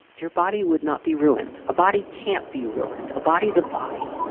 your body would not be ruined. a body can't be ruined. a body is a body.